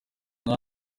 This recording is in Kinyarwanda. nka